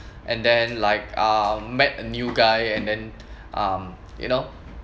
and then like um met a new guy and then um you know